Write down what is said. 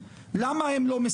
אז לא היה